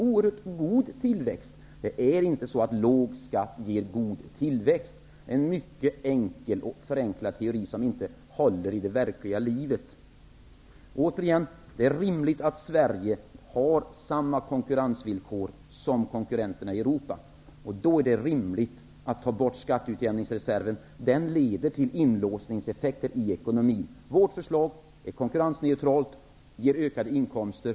Det är alltså inte på det sättet att låg skatt ger god tillväxt -- en mycket förenklad teori som inte håller i verkligheten. Återigen: Det är rimligt att Sverige har samma konkurrensvillkor som konkurrenterna i Europa. Då är det rimligt att avskaffa skatteutjämningsreserven, som leder till inlåsningseffekter i ekonomin. Vårt förslag är konkurrensneutralt och ger ökade inkomster.